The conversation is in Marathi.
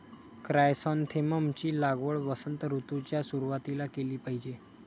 क्रायसॅन्थेमम ची लागवड वसंत ऋतूच्या सुरुवातीला केली पाहिजे